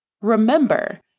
Remember